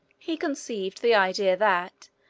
he conceived the idea that,